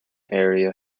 area